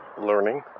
learning